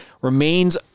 remains